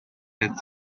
eats